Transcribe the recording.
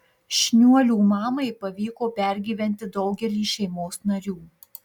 šniuolių mamai pavyko pergyventi daugelį šeimos narių